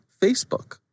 Facebook